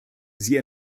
sie